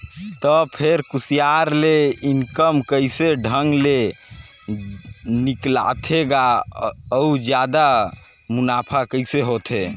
त फेर कुसियार ले इनकम कइसे ढंग ले निकालथे गा अउ जादा मुनाफा कइसे होथे